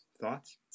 Thoughts